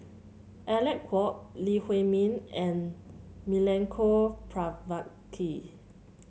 Alec Kuok Lee Huei Min and Milenko Prvacki